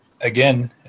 Again